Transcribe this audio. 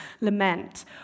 lament